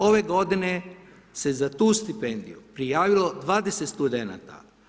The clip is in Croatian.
Ove godine se za tu stipendiju prijavilo 20 studenata.